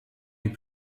les